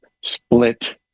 split